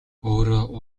өөрөө